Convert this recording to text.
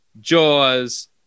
Jaws